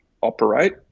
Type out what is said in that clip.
operate